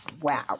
Wow